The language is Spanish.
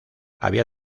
había